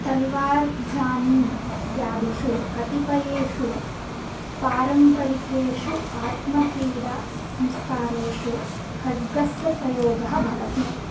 तलवार् ज़ानी इत्यादिषु कतिपयेषु पारम्परिकेषु आत्मपीडासंस्कारेषु खड्गस्य प्रयोगः भवति